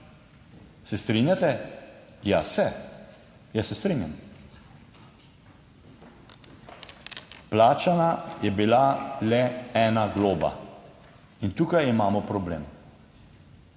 Se strinjate? Jaz se, jaz se strinjam. Plačana je bila le ena globa. In tukaj imamo problem.